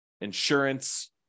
insurance